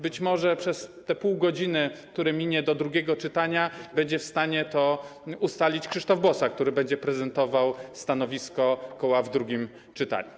Być może przez te 0,5 godziny, które minie do drugiego czytania, będzie w stanie to ustalić Krzysztof Bosak, który będzie prezentował stanowisko koła w drugim czytaniu.